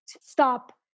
stop